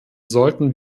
sollten